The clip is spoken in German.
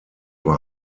war